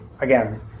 again